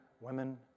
women